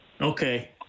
Okay